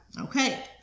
Okay